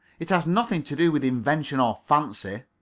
it has nothing to do with invention or fancy.